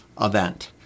event